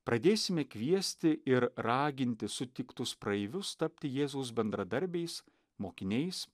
pradėsime kviesti ir raginti sutiktus praeivius tapti jėzaus bendradarbiais mokiniais